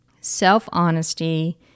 self-honesty